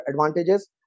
advantages